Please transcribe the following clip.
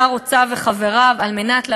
עם חוסר ביטחון תעסוקתי וחוסר ביטחון